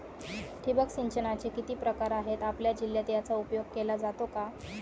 ठिबक सिंचनाचे किती प्रकार आहेत? आपल्या जिल्ह्यात याचा उपयोग केला जातो का?